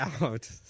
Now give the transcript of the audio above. out